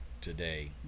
today